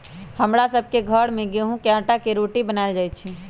हमरा सभ के घर में गेहूम के अटा के रोटि बनाएल जाय छै